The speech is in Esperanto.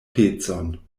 pecon